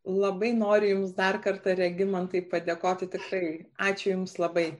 labai noriu jums dar kartą regimantai padėkoti tikrai ačiū jums labai